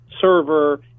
server